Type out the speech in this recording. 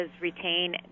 retain